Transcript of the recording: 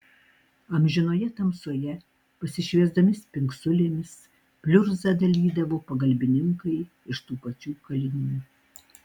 amžinoje tamsoje pasišviesdami spingsulėmis pliurzą dalydavo pagalbininkai iš tų pačių kalinių